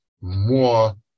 more